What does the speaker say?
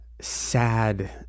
sad